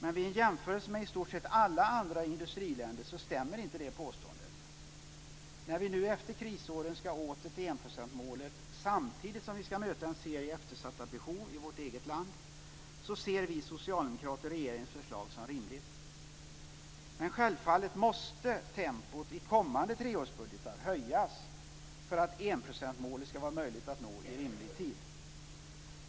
Men vid en jämförelse med i stort sett alla andra industriländer stämmer inte det påståendet. När vi nu efter krisåren ska åter till enprocentsmålet samtidigt som vi ska möta en serie eftersatta behov i vårt eget land ser vi socialdemokrater regeringens förslag som rimligt. Självfallet måste dock tempot i kommande treårsbudgetar höjas för att enprocentsmålet ska vara möjligt att nå i rimlig tid.